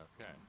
Okay